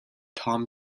tom